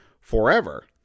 forever